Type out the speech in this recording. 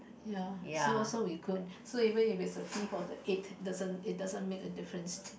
ya so so we if we could so even if it's the fifth or the eighth doesn't it doesn't make a difference